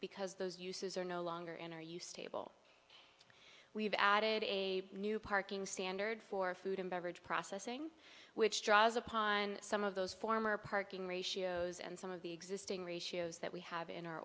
because those uses are no longer in our use table we've added a new parking standard for food and beverage processing which draws upon some of those former parking ratios and some of the existing ratios that we have in our